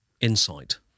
insight